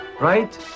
right